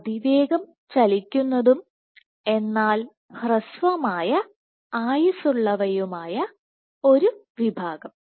അതിവേഗം ചലിക്കുന്നതും എന്നാൽ ഹ്രസ്വമായ ആയുസ്സുള്ളവയുമായ ഒരു വിഭാഗം